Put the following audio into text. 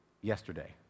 yesterday